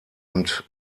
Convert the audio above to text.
und